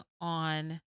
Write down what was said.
on